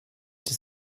does